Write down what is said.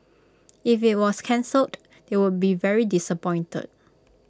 if IT was cancelled they would be very disappointed